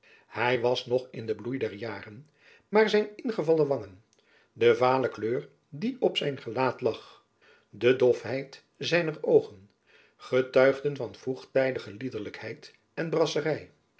hy was nog in den bloei der jaren maar zijn ingevallen wangen de vale kleur die op zijn gelaat lag de dofheid zijner oogen getuigden van vroegtijdige liederlijkheid en